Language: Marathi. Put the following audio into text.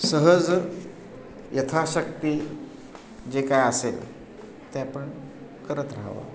सहज यथाशक्ती जे काय असेल ते आपण करत राहावं